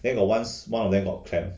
then got once one of them got clamp